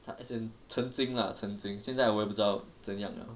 他 as in 曾经 lah 曾经现在我也不知道怎样 liao